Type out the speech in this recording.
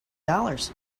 dollars